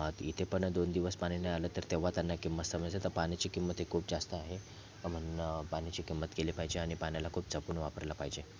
आत इथे पण दोन दिवस पाणी नाही आलं तर तेव्हा त्यांना किंमत समजे तर पाण्याची किंमत ही खूप जास्त आहे म्हणं पाण्याची किंमत केली पाहिजे आणि पाण्याला खूप जपून वापरलं पाहिजे